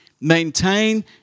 Maintain